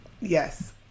yes